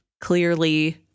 clearly